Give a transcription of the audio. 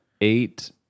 eight